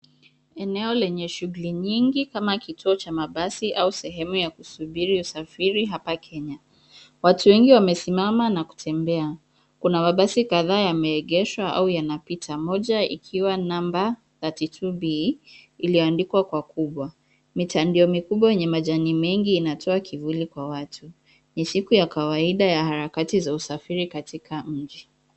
Eneo lenye shughuli nyingi kama kituo cha mabasi au sehemu ya kusubiri usafiri hapa Kenya. Watu wengi wamesimama na kutembea. Kuna mabasi kadhaa yameegeshwa au yanapita, moja ikiwa namba 32B , iliyoandikwa kwa kubwa. Mitandio mikubwa wenye majani mengi inatoa kivuli kwa watu. Ni siku ya kawaida ya harakati za usafiri katika mji.